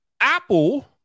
Apple